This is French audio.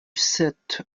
sept